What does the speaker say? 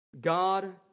God